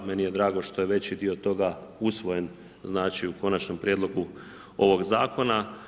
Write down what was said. Meni je drago što je veći dio toga usvojen znači u konačnom prijedlogu ovog zakona.